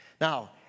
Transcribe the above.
Now